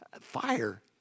Fire